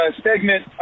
segment